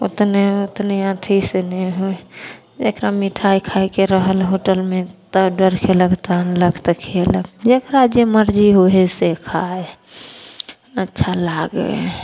ओतने ओतने अथीसे नहि होइ हइ एकरा मिठाइ खाइके रहल होटलमे तऽ ऑडर कएलक तऽ अनलक तऽ खएलक जकरा जे मरजी होइ हइ से खाइ हइ अच्छा लागै हइ